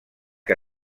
que